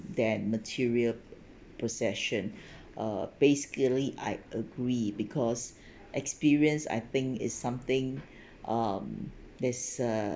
than material possession uh basically I agree because experience I think it's something um there's a